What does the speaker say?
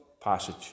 passage